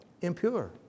impure